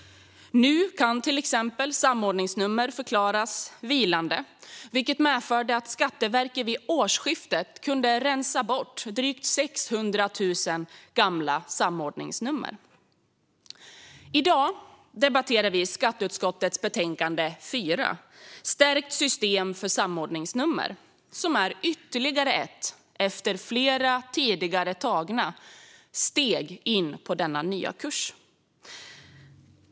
Nu kan till exempel samordningsnummer förklaras vilande, vilket medförde att Skatteverket vid årsskiftet kunde rensa bort drygt 600 000 gamla samordningsnummer. I dag debatterar vi Skatteutskottets betänkande 4 Stärkt system för samordningsnummer , som är ytterligare ett steg, efter flera tidigare tagna, in på denna nya kurs.